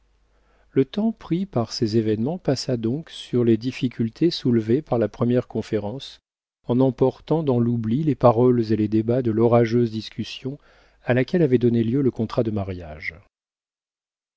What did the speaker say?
le temps pris par ces événements passa donc sur les difficultés soulevées par la première conférence en emportant dans l'oubli les paroles et les débats de l'orageuse discussion à laquelle avait donné lieu le contrat de mariage